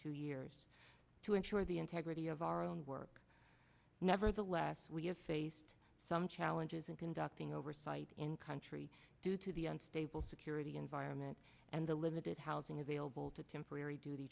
two years to ensure the integrity of our own work nevertheless we have faced some challenges in conducting oversight in ca terry due to the unstable security environment and the limited housing available to temporary duty